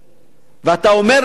ואתה אומר לעצמך,